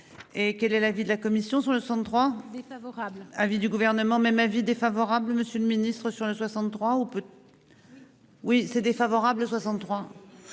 Et quel est l'avis de la commission sur l'63 défavorable avis du gouvernement. Même avis défavorable. Monsieur le Ministre sur l'A 63 ou peu. Oui. Oui c'est défavorable. 63.